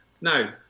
Now